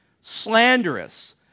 slanderous